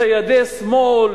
ציידי שמאל,